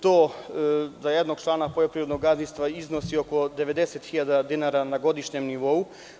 To za jednog člana poljoprivrednog gazdinstva iznosi oko 90 hiljada dinara na godišnjem nivou.